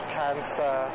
cancer